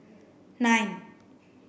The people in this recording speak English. nine